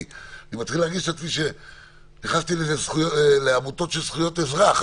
אני מתחיל להרגיש שנכנסתי לעמותות של זכויות אזרח,